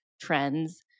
trends